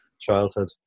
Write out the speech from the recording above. childhood